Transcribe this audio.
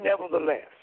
nevertheless